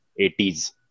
80s